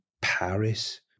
Paris